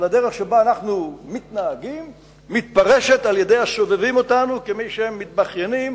אבל הדרך שבה אנחנו מתנהגים מתפרשת על-ידי הסובבים כמי שהם מתבכיינים,